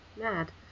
mad